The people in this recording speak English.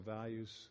values